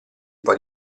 poi